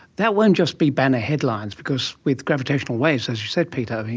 that won't just be banner headlines because with gravitational waves, as you said peter,